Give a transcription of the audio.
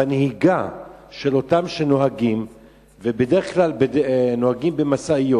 בנהיגה של אותם שנוהגים בדרך כלל במשאיות,